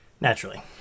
Naturally